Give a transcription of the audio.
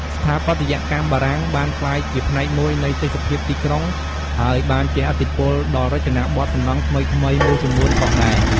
ស្ថាបត្យកម្មបារាំងបានក្លាយជាផ្នែកមួយនៃទេសភាពទីក្រុង ហើយបានជះឥទ្ធិពលដល់រចនាបថសំណង់ថ្មីៗមួយចំនួនផងដែរ។